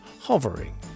hovering